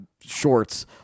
shorts